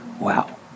Wow